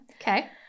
Okay